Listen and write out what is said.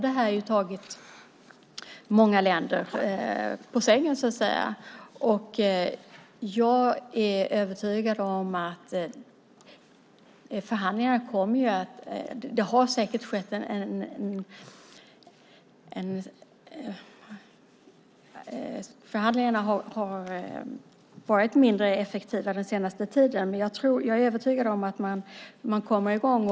Detta har så att säga tagit många länder på sängen. Förhandlingarna har varit mindre effektiva under den senaste tiden. Men jag är säker på att man kommer i gång.